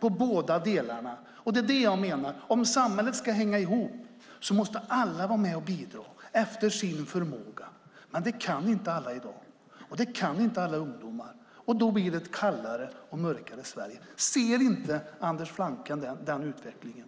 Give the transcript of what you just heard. på båda delarna, och det är det jag menar: Om samhället ska hänga ihop måste alla vara med och bidra efter sin förmåga, men det kan inte alla i dag. Det kan inte alla ungdomar, och då blir det ett kallare och mörkare Sverige. Ser inte Anders Flanking den utvecklingen?